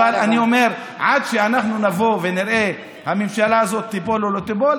אבל אני אומר: עד שאנחנו נבוא ונראה אם הממשלה הזאת תיפול או לא תיפול,